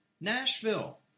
Nashville